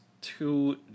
two